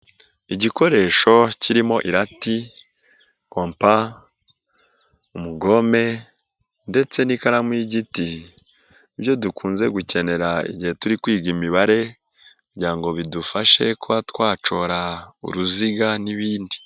Igikoresho kirimo irati, kompa, umugome ndetse n'ikaramu y'igiti, byo dukunze gukenera igihe turi kwiga imibare kugira ngo bidufashe kuba twacora uruziga, n'ibindi.